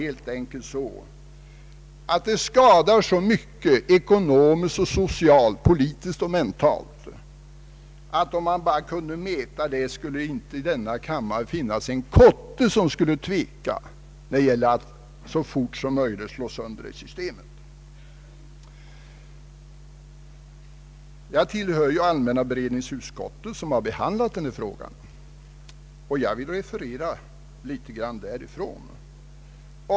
Det skadar så mycket, ekonomiskt och socialt, politiskt och mentalt, att om det gick att mäta skadan skulle det i denna kammare inte finnas en kotte som skulle tveka när det gäller att så fort som möjligt slå sönder det systemet. Jag tillhör allmänna beredningsut skottet, som har behandlat denna fråga. Jag vill referera litet från dess behandling av ärendet.